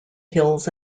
hills